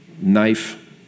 knife